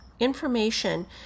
Information